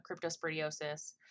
cryptosporidiosis